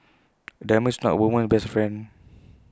A diamond is not A woman's best friend